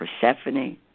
Persephone